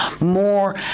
more